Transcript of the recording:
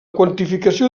quantificació